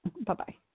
Bye-bye